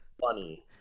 funny